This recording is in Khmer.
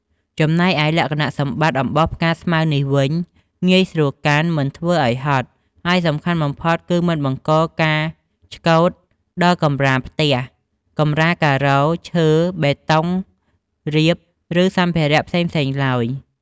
ចំណែកឯលក្ខណៈសម្បត្តិអំបោសផ្កាស្មៅនេះវិញ ងាយស្រួលកាន់ មិនធ្វើឲ្យហត់ ហើយសំខាន់បំផុតគឺមិនបង្កការឆ្កូតដល់កម្រាលផ្ទះ កម្រាលការ៉ូ ឈើ បេតុងរាប ឬសម្ភារៈផ្សេងៗឡើយ។